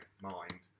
mind